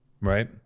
right